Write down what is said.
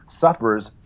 suffers